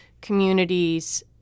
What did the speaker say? communities